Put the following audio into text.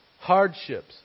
hardships